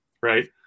Right